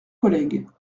collègues